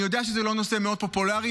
אני יודע שזה לא נושא מאוד פופולרי,